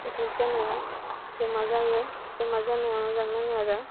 picnic जानायाव जमा जायो जमा जानाया मोजां नाङो आरो